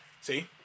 See